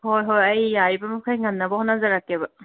ꯍꯣꯏ ꯍꯣꯏ ꯑꯩ ꯌꯥꯔꯤꯕ ꯃꯈꯩ ꯉꯝꯅꯕ ꯍꯣꯠꯅꯖꯔꯛꯀꯦꯕ